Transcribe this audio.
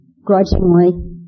grudgingly